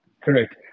Correct